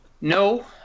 No